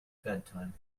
bedtime